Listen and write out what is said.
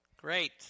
Great